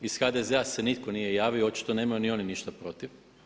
Iz HDZ-a se nitko nije javio očito nemaju ni oni ništa protiv.